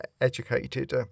educated